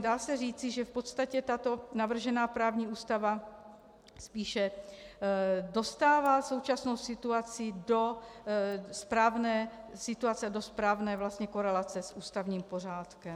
Dá se říci, že v podstatě tato navržená právní úprava spíše dostává současnou situaci do správné situace, do správné korelace s ústavním pořádkem.